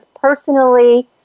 personally